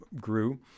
grew